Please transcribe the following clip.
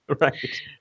Right